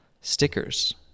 Stickers